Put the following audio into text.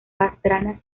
pastrana